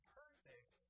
perfect